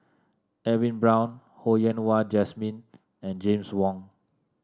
Edwin Brown Ho Yen Wah Jesmine and James Wong